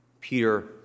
Peter